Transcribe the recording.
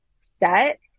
set